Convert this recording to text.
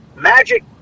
magic